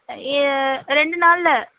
ரெண்டு நாளில்